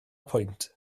pwynt